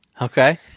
okay